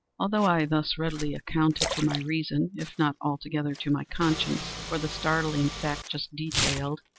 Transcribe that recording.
although i thus readily accounted to my reason, if not altogether to my conscience, for the startling fact just detailed,